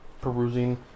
perusing